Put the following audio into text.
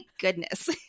goodness